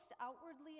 outwardly